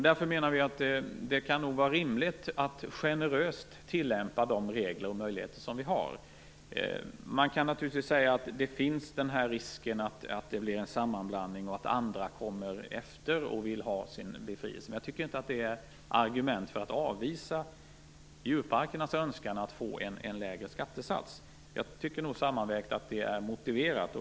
Därför menar vi att det kan vara rimligt att generöst tillämpa de regler och möjligheter som vi har. Man kan naturligtvis säga att risken finns att det blir en sammanblandning och att andra kommer att följa efter och vilja ha sin befrielse. Men jag tycker inte att det är argument för att avvisa djurparkernas önskan att få en lägre skattesats. Jag tycker att det sammanvägt är motiverat.